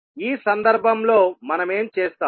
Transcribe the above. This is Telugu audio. ఈ సందర్భంలో మనమేం చేస్తాం